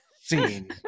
Scene